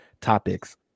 topics